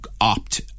opt